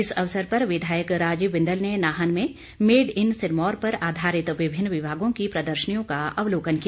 इस अवसर पर विधायक राजीव बिंदल ने नाहन में मेड इन सिरमौर पर आधारित विभिन्न विभागों की प्रदर्शनियों का अवलोकन किया